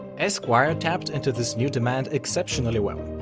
esquire tapped into this new demand exceptionally well,